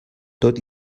tot